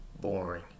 boring